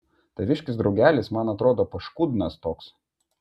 taviškis draugelis man atrodo paškudnas toks